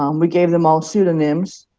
um we gave them all pseudonyms.